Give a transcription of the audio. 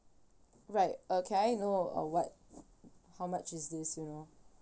right uh can I know uh what how much is this you know